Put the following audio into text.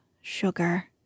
sugar